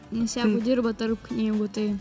nes jeigu dirba tarp knygų tai